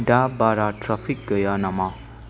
दा बारा ट्राफिक गैया नामा